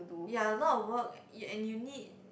ya a lot of work uh and you need